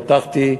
פתחתי,